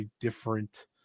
different